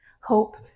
Hope